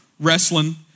Wrestling